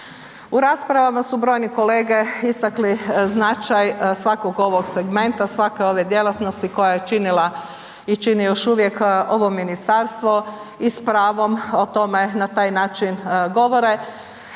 U raspravama su brojni kolege istakli značaj svakog ovog segmenta svake ove djelatnosti koja je činila i čini još uvijek ovo ministarstvo i s pravom o tome na taj način govore,